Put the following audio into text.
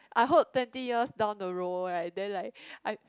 I hope twenty years down the road right then like